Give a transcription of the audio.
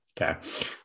Okay